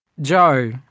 Joe